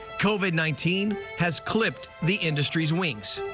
covid nineteen has clipped the industry's wings.